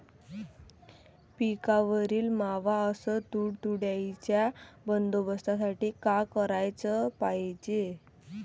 पिकावरील मावा अस तुडतुड्याइच्या बंदोबस्तासाठी का कराच पायजे?